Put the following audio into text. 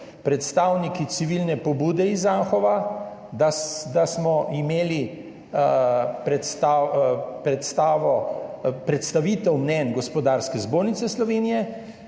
predstavniki civilne pobude iz Anhova, da smo imeli predstavitev mnenj Gospodarske zbornice Slovenije,